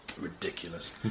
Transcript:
ridiculous